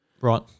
Right